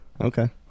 Okay